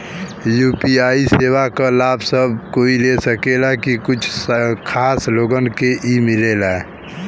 UPI सेवा क लाभ सब कोई ले सकेला की कुछ खास लोगन के ई लाभ मिलेला?